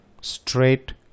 straight